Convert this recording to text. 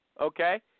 Okay